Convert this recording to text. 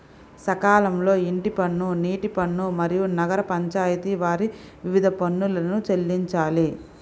సకాలంలో ఇంటి పన్ను, నీటి పన్ను, మరియు నగర పంచాయితి వారి వివిధ పన్నులను చెల్లించాలి